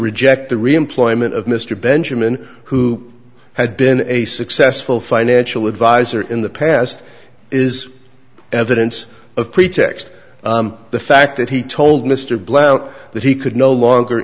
reject the reemployment of mr benjamin who had been a successful financial advisor in the past is evidence of pretext the fact that he told mr blount that he could no longer